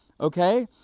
Okay